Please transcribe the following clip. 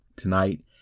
Tonight